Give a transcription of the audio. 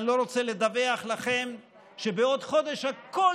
ואני לא רוצה לדווח לכם שבעוד חודש הכול